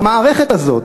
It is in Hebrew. במערכת הזאת.